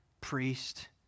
priest